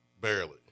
Barely